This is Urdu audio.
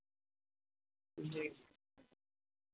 جی